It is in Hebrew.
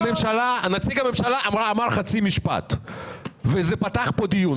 נציג הממשלה אמר חצי משפט וזה כבר פתח פה דיון.